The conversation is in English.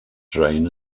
drain